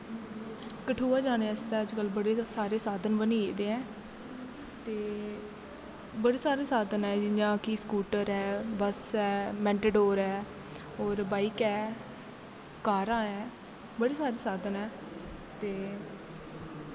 कठुआ जाने आस्तै अजकल बड़े गै साधन बनी गेदे ऐ ते बड़े सारे लाधन ऐ कि जियां स्कूटर ऐ बस ऐ मैटाडोर ऐ होर बाईक ऐ कारां ऐ बड़े सारे साधन ऐं ते